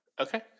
Okay